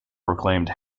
proclaimed